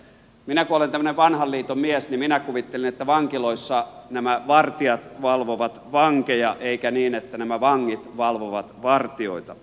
minä kun olen tämmöinen vanhan liiton mies niin minä kuvittelin että vankiloissa nämä vartijat valvovat vankeja eikä niin että nämä vangit valvovat vartijoita